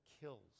kills